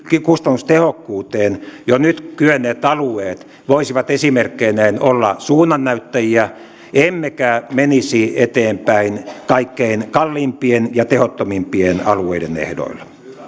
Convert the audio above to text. kustannustehokkuuteen jo nyt kyenneet alueet voisivat esimerkkeineen olla suunnannäyttäjiä emmekä menisi eteenpäin kaikkein kalleimpien ja tehottomimpien alueiden ehdolla